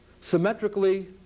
symmetrically